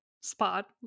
spot